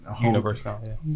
Universal